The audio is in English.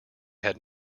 had